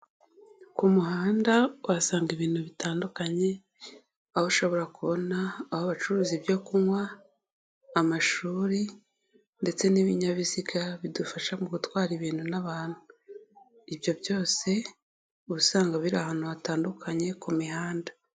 Ku muhanda wahasanga ibintu bitandukanye, aho ushobora kubona aho bacuruza ibyo kunywa, amashuri ndetse n'ibinyabiziga bidufasha mu gutwara ibintu n'abantu, ibyo byose uba usanga biri ahantu hatandukanye ku mihanda.